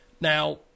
Now